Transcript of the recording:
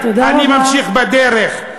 אני ממשיך בדרך,